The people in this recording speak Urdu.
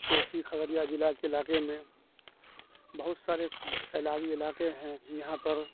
کوسی کھگریا ضلع کے علاقے میں بہت سارے سیلابی علاقے ہیں یہاں پر